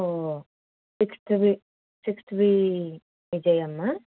ఓ sixth వి sixth వి విజయమ్మా